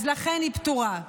אז לכן היא פטורה.